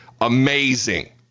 Amazing